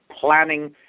planning